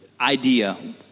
idea